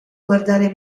guardare